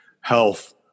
health